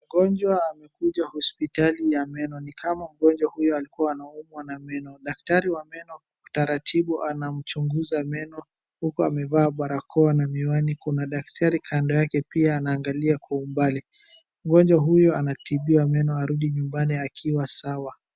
Mgonjwa amekuja hospitali ya meno. Ni kama mgonjwa huyo alikuwa anaumwa na meno. Daktari wa meno kwa utaratibu anamchunguza meno, huku amevaa barakoa na miwani. Kuna daktari kando yake pia anaangalia kwa umbali. Mgonjwa huyo anatibiwa meno arudi nyumbani akiwa sawa.